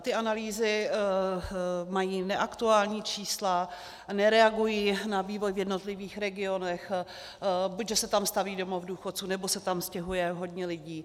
Ty analýzy mají neaktuální čísla, nereagují na vývoj v jednotlivých regionech, buď že se tam staví domov důchodců, nebo se tam stěhuje hodně lidí.